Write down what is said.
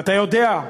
ואתה יודע,